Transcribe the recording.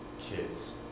kids